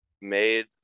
made